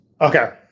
Okay